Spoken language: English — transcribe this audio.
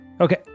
Okay